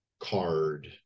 card